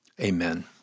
Amen